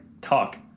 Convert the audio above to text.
talk